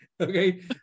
Okay